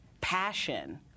Passion